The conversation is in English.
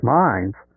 minds